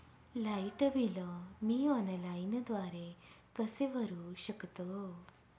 Light bill मी ऑनलाईनद्वारे कसे भरु शकतो?